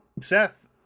Seth